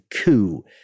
coup